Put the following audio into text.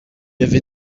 avait